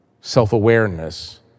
self-awareness